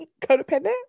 Codependent